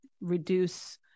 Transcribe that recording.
reduce